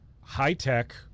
high-tech